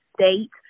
state